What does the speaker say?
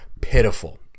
pitiful